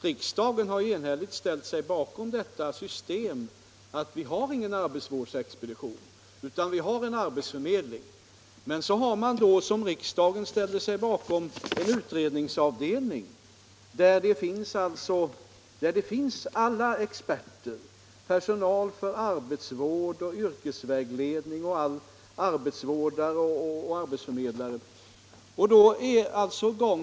Riksdagen har enhälligt ställt sig bakom detta system — att vi inte har någon arbetsvårdsexpedition utan att vi har en arbetsförmedling. Men så har vi — vilket riksdagen ställde sig bakom — en utredningsavdelning, där alla experter finns: personal för arbetsvård och yrkesvägledning, arbetsvårdare och arbetsförmedlare.